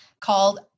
called